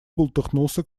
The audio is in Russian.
бултыхнулся